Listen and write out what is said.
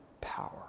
power